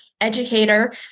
educator